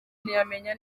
ntiyamenya